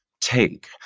take